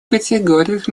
категориях